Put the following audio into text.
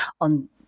on